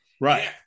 Right